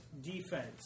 defense